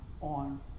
on